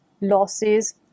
losses